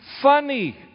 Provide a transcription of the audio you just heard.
funny